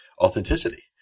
authenticity